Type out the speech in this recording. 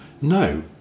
No